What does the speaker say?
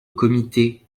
comités